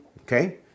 Okay